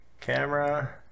Camera